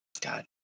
God